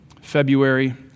February